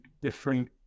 different